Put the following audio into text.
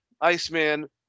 Iceman